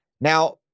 Now